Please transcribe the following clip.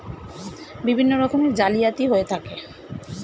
বিভিন্ন রকমের জালিয়াতি হয়ে থাকে